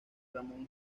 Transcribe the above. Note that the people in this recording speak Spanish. ramón